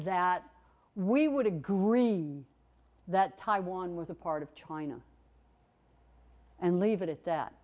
that we would agree that taiwan was a part of china and leave it at that